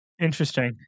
Interesting